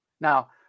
Now